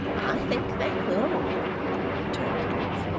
i think they will returned the dwarf.